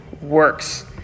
works